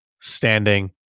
standing